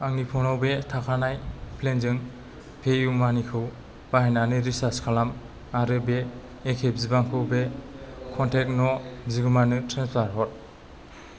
आंनि फनाव बे थाखानाय प्लेनजों पेइउमानिखौ बाहायनानै रिसार्ज खालाम आरो बे एखे बिबांखौ बे कनटेक्ट न' बिगोमानो ट्रेन्सफार हर